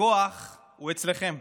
הכוח אצלכם,